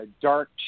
dark